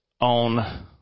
on